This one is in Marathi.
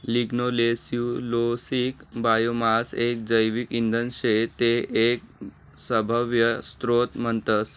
लिग्नोसेल्यूलोसिक बायोमास एक जैविक इंधन शे ते एक सभव्य स्त्रोत म्हणतस